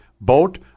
boat